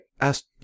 asked